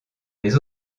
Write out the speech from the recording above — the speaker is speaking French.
les